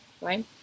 right